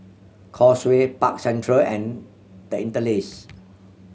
Causeway Park Central and The Interlace